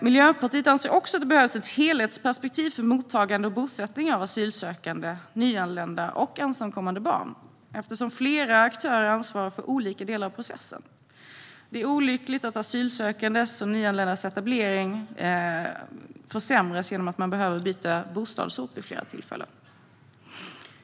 Miljöpartiet anser att det behövs ett helhetsperspektiv för mottagande och bosättning av asylsökande, nyanlända och ensamkommande barn, eftersom flera aktörer ansvarar för olika delar av processen. Det är olyckligt att asylsökandes och nyanländas etablering försämras genom att de behöver byta bostadsort vid flera tillfällen.